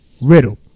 Riddle